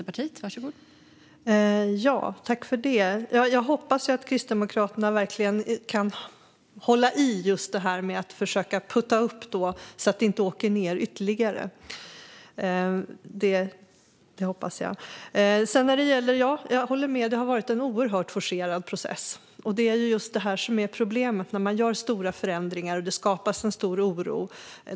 Fru talman! Jag hoppas att Kristdemokraterna verkligen kan hålla i detta och försöka att putta upp det så att det inte åker ned ytterligare. Jag håller med om att det har varit en oerhört forcerad process. Det är just detta som är problemet när man gör stora förändringar och det skapas en stor oro.